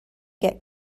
get